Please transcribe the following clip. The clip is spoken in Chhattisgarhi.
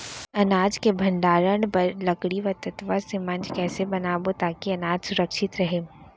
अनाज के भण्डारण बर लकड़ी व तख्ता से मंच कैसे बनाबो ताकि अनाज सुरक्षित रहे?